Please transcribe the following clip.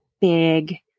big